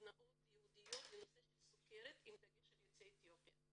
סדנאות ייעודיות לנושא סוכרת עם דגש על יוצאי אתיופיה.